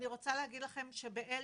אני רוצה להגיד לגם שבאל